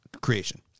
creation